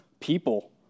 people